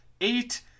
Eight